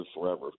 forever